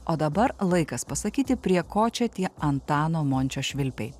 o dabar laikas pasakyti prie ko čia tie antano mončio švilpiai